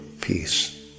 peace